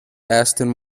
aston